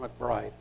McBride